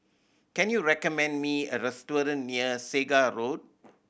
can you recommend me a restaurant near Segar Road